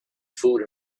food